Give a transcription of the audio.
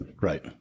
Right